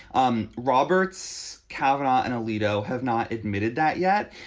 um roberts, kavanaugh and alito have not admitted that yet.